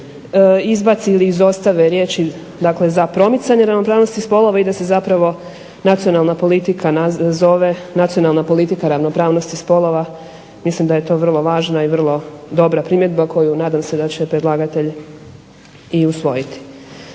izbaci ili izostave riječi, dakle za promicanje ravnopravnosti spolova i da se zapravo nacionalna politika zove nacionalna politika ravnopravnosti spolova. Mislim da je to vrlo važna i vrlo dobra primjedba koju nadam se da će predlagatelj i usvojiti.